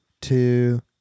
two